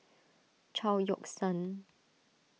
Chao Yoke San